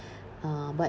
uh but